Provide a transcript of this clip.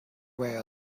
where